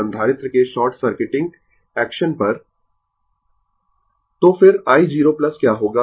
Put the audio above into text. Refer Slide Time 1420 तो फिर i 0 क्या होगा